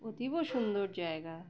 অতীব সুন্দর জায়গা